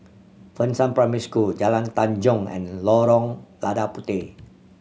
Fengshan Primary School Jalan Tanjong and Lorong Lada Puteh